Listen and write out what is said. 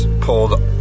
pulled